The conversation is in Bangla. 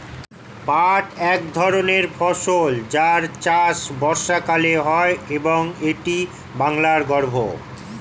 পাট এক ধরনের ফসল যার চাষ বর্ষাকালে হয় এবং এটি বাংলার গর্ব